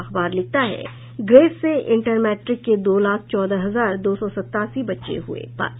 अखबार लिखता है ग्रेस से इंटर मैट्रिक के दो लाख चौदह हजार दो सौ सतासी बच्चे हुये पास